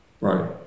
Right